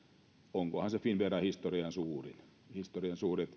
onkohan se finnveran historian suurin